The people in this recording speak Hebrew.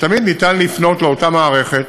תמיד אפשר לפנות לאותה מערכת